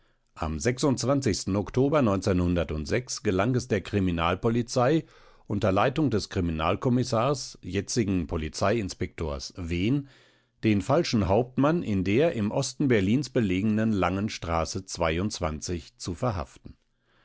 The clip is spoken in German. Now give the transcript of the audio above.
am oktober gelang es der kriminalpolizei unter leitung des kriminalkommissars jetzigen polizeiinspektors wehn den falschen hauptmann in der im osten berlins belegenen langen straße zu verhaften